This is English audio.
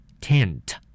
Tent